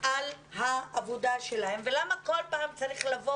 על העבודה שלהם ולמה כל פעם צריך לבוא